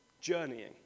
journeying